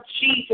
Jesus